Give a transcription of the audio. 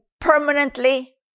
permanently